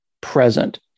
present